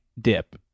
dip